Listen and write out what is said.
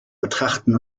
betrachten